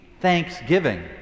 thanksgiving